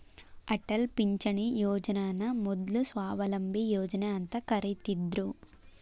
ಅಟಲ್ ಪಿಂಚಣಿ ಯೋಜನನ ಮೊದ್ಲು ಸ್ವಾವಲಂಬಿ ಯೋಜನಾ ಅಂತ ಕರಿತ್ತಿದ್ರು